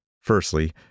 Firstly